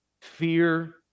Fear